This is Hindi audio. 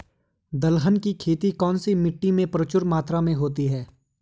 दलहन की खेती कौन सी मिट्टी में प्रचुर मात्रा में होती है?